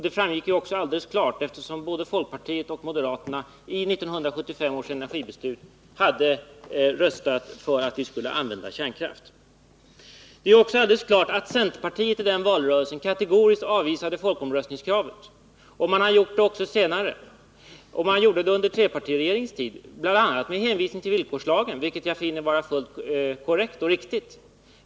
Det framgick också helt klart, eftersom både folkpartiet och moderaterna i 1975 års energibeslut hade röstat för att vi skulle använda kärnkraft. Det är också helt klart att centerpartiet i den valrörelsen kategoriskt avvisade folkomröstningskravet, och man har gjort det även senare. Man gjorde det under trepartiregeringens tid bl.a. med hänvisning till villkorslagen, vilket jag finner vara fullt korrekt och riktigt.